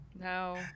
No